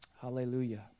Hallelujah